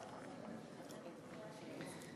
אפשר שאלה?